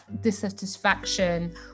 dissatisfaction